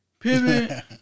Pivot